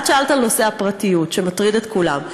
את שאלת על נושא הפרטיות, שמטריד את כולם.